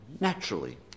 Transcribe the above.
naturally